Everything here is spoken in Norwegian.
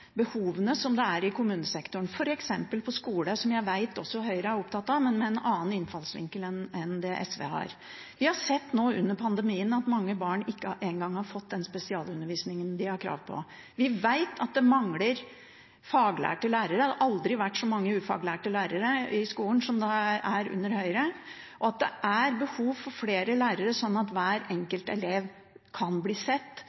behovene i kommunesektoren, f.eks. når det gjelder skole, som jeg vet at Høyre også er opptatt av, men med en annen innfallsvinkel enn det SV har. Vi har sett nå under pandemien at mange barn ikke engang har fått den spesialundervisningen de har krav på. Vi vet at det mangler faglærte lærere – det har aldri vært så mange ufaglærte lærere i skolen som det er under Høyre – og at det er behov for flere lærere, slik at hver enkelt elev kan bli sett